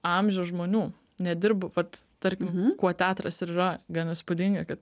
amžiaus žmonių nedirbu vat tarkim kuo teatras ir yra gan įspūdinga kad